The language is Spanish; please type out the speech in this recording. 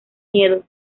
miedo